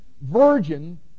virgin